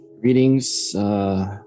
Greetings